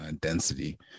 density